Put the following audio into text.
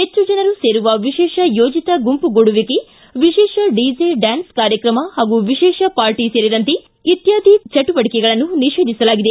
ಹೆಚ್ಚು ಜನರು ಸೇರುವ ವಿಶೇಷ ಯೋಜಿತ ಗುಂಪುಗೂಡುವಿಕೆ ವಿಶೇಷ ಡಿಜೆ ಡ್ಯಾನ್ಸ್ ಕಾರ್ಯಕ್ರಮ ವಿಶೇಷ ಪಾರ್ಟ ಸೇರಿದಂತೆ ಇತ್ಯಾದಿ ಚಟುವಟಿಕೆಗಳನ್ನು ನಿಷೇಧಿಸಲಾಗಿದೆ